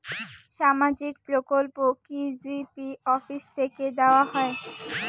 সামাজিক প্রকল্প কি জি.পি অফিস থেকে দেওয়া হয়?